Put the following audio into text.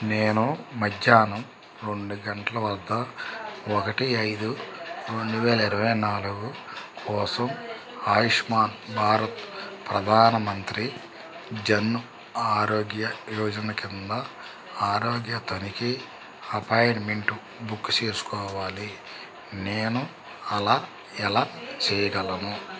నేను మధ్యాహ్నం రెండు గంటల వద్ద ఒకటి ఐదు రెండు వేల ఇరవై నాలుగు కోసం ఆయుష్మాన్ భారత్ ప్రధాన మంత్రి జన్ ఆరోగ్య యోజన క్రింద ఆరోగ్య తనిఖీ అపాయింట్మెంటు బుక్కు చేసుకోవాలి నేను అలా ఎలా చెయ్యగలను